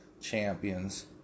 champions